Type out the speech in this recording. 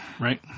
Right